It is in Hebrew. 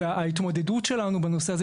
וההתמודדות שלנו בנושא הזה,